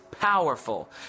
powerful